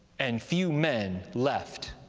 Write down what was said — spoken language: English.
and few men left.